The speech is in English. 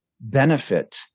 benefit